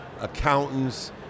accountants